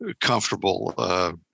comfortable